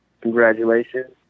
Congratulations